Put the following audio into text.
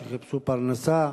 שחיפשו פרנסה,